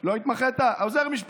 לא התמחיתי.